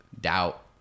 doubt